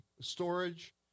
storage